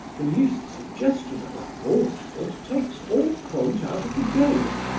the least suggestion of a falsehood takes all point out of the game.